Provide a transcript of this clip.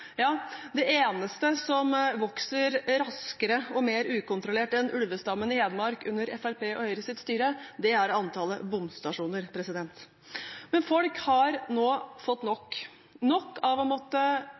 Det eneste som vokser raskere og mer ukontrollert enn ulvestammen i Hedmark under Fremskrittspartiets og Høyres styre, er antallet bomstasjoner. Folk har nå fått